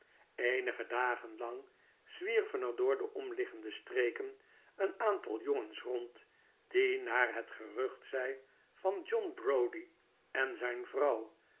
eenige dagen lang zwierven er door de omliggende streken een aantal jongens rond die naar het gerucht zei van john browdie en zijn vrouw